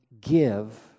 give